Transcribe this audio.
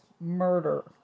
murder